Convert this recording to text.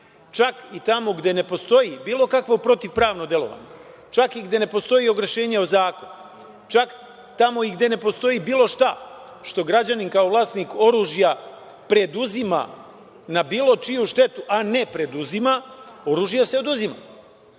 čak i tamo gde ne postoji bilo kakvo protivpravno delovanje, čak i gde ne postoji ogrešenje o zakon, čak tamo gde ne postoji bilo šta što građanin kao vlasnik oružja preduzima na bilo čiju štetu, a ne preduzima, oružje se oduzima.